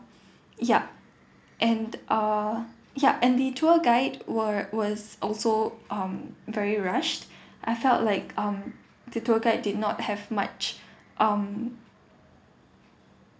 yup and err yup and the tour guide were was also um very rushed I felt like um the tour guide did not have much um